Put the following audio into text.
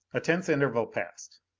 a tense interval passed.